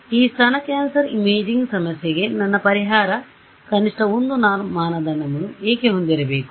ಈ ಸ್ತನ cancer imaging ಸಮಸ್ಯೆಗೆ ನನ್ನ ಪರಿಹಾರವು ಕನಿಷ್ಟ 1 ಮಾನದಂಡವನ್ನು ಏಕೆ ಹೊಂದಿರಬೇಕು